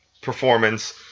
performance